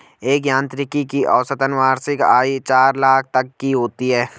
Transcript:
एक यांत्रिकी की औसतन वार्षिक आय चार लाख तक की होती है